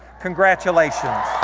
congratulations.